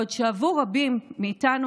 בעוד שעבור רבים מאיתנו,